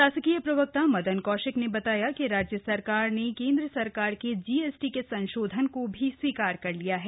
शासकीय प्रवक्ता मदन कौशिक ने बताया कि राज्य सरकार ने केंद्र सरकार के जीएसटी के संशोधन को भी स्वीकार कर लिया है